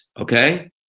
okay